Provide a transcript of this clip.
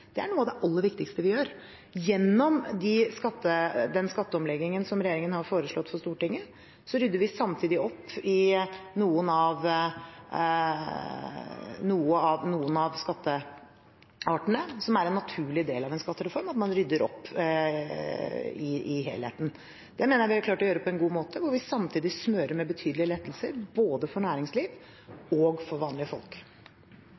Det er noe av det aller viktigste vi gjør. Gjennom den skatteomleggingen som regjeringen har foreslått for Stortinget, rydder vi samtidig opp i noen av skatteartene. Det er en naturlig del av en skattereform at man rydder opp i helheten. Det mener jeg vi har klart å gjøre på en god måte. Samtidig smører vi med betydelige lettelser både for næringsliv og for vanlige folk.